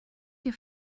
your